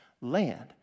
Land